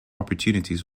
opportunities